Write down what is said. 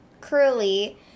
Curly